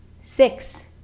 Six